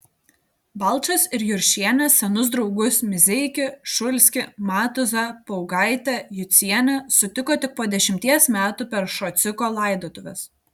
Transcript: balčas ir juršienė senus draugus mizeikį šulskį matuzą paugaitę jucienę sutiko tik po dešimties metų per šociko laidotuves